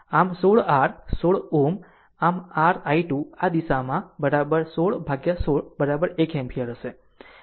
આમ 16 r 16 Ω આમ r i2 આ દિશામાં 1616 1 એમ્પીયર હશે